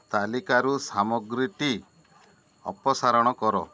ତାଲିକାରୁ ସାମଗ୍ରୀଟି ଅପସାରଣ କର